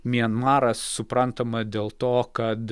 mianmaras suprantama dėl to kad